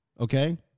Okay